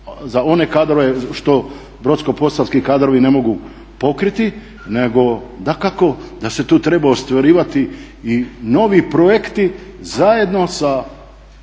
za one kadrove što brodsko-posavski kadrovi ne mogu pokriti nego dakako da se tu treba ostvarivati i novi projekti zajedno sa